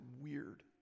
weird